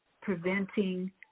preventing